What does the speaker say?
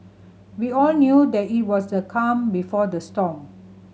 we all knew that it was the calm before the storm